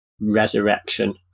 Resurrection